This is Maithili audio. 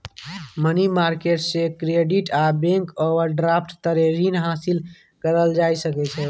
मनी मार्केट से क्रेडिट आ बैंक ओवरड्राफ्ट तरे रीन हासिल करल जा सकइ छइ